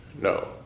no